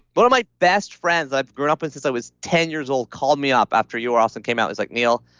but of my best friends, i've grown up with since i was ten years old called me up after you are awesome came out. he's like, neil,